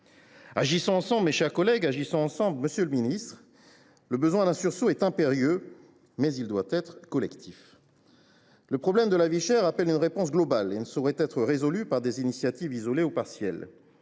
Agissons ensemble, mes chers collègues, monsieur le ministre ! Un sursaut est impératif, mais il doit être collectif. Le problème de la vie chère appelle une réponse globale et ne saurait être résolu par des initiatives isolées ou partielles.